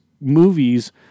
movies